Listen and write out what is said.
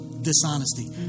dishonesty